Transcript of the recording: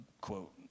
quote